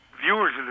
viewers